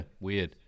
Weird